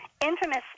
infamous